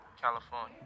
California